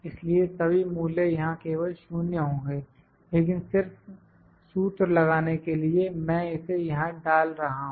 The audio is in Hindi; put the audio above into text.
इसलिए सभी मूल्य यहां केवल 0 होंगे लेकिन सिर्फ सूत्र लगाने के लिए मैं इसे यहां डाल रहा हूं